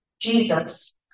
Jesus